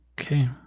Okay